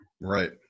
Right